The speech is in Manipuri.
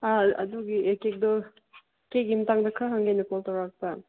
ꯑꯥ ꯑꯗꯨꯒꯤ ꯀꯦꯛꯇꯤ ꯀꯦꯛꯀꯤ ꯃꯇꯥꯡꯗ ꯈꯔ ꯍꯪꯒꯦꯅ ꯀꯣꯜ ꯇꯧꯔꯛꯄ